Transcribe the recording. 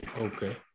okay